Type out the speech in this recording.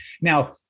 now